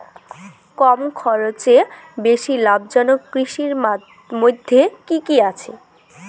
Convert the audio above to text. কম খরচে বেশি লাভজনক কৃষির মইধ্যে কি কি আসে?